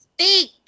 speak